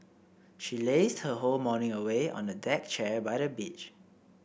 she lazed her whole morning away on a deck chair by the beach